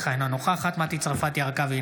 אינה נוכחת מטי צרפתי הרכבי,